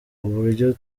uburyo